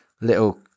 little